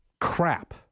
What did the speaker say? crap